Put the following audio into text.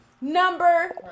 number